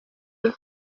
ubu